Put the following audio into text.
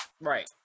Right